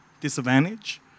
disadvantage